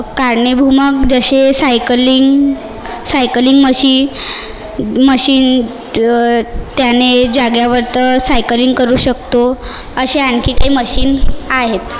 कारणीभूमक जसे cycling cycling मशी machine त्याने जागेवरती सायकलिंग करू शकतो अशा आणखी काही मशीन आहेत